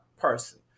person